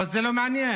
אבל זה לא מעניין.